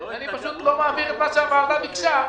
אני פשוט לא מעביר את מה שהוועדה ביקשה.